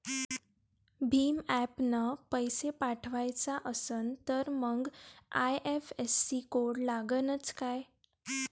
भीम ॲपनं पैसे पाठवायचा असन तर मंग आय.एफ.एस.सी कोड लागनच काय?